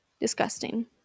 disgusting